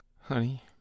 Honey